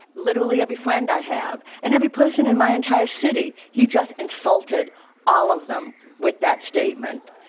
literally every friend i have, and every person in my entire city. he just insulted all of them with that statement.